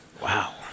Wow